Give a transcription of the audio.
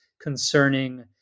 concerning